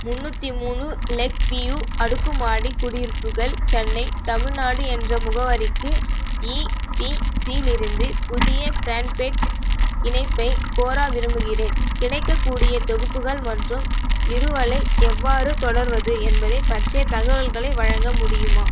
முந்நூற்றி மூணு lake view அடுக்குமாடி குடியிருப்புகள் சென்னை தமிழ்நாடு என்ற முகவரிக்கு இடிசிலிருந்து புதிய ப்ராண் பேட் இணைப்பைக் கோர விரும்புகிறேன் கிடைக்கக்கூடிய தொகுப்புகள் மற்றும் நிறுவலை எவ்வாறு தொடர்வது என்பது பற்றிய தகவலை வழங்க முடியுமா